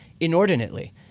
Inordinately